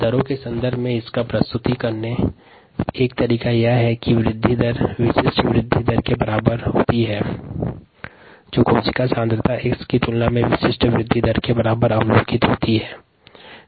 दर के संदर्भ में वृद्धि की दर विशिष्ट वृद्धि की दर के बराबर होती है जो कोशिका सांद्रता x की तुलना में विशिष्ट वृद्धि दर के बराबर अवलोकित होती है